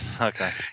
Okay